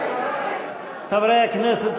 חברי הכנסת,